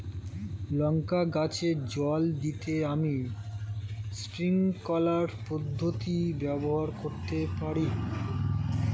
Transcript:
লঙ্কা গাছে জল দিতে আমি স্প্রিংকলার পদ্ধতি ব্যবহার করতে পারি?